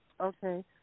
Okay